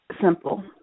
simple